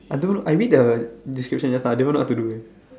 I don't I read the description just now they don't know what to do air